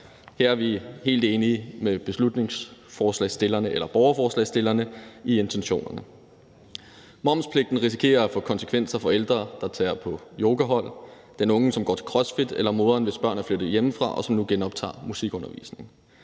Her er vi helt enige med stillerne af borgerforslaget i intentionerne. Momspligten risikerer at få konsekvenser for ældre, der går på yogahold, den unge, der går til crossfit, eller moren, hvis børn er flyttet hjemmefra, og som nu genoptager sin musikundervisning.